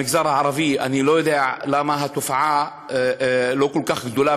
במגזר הערבי אני לא יודע למה התופעה לא כל כך גדולה,